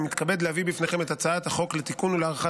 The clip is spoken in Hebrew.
אני מתכבד להביא בפניכם את הצעת החוק לתיקון ולהארכת